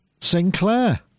Sinclair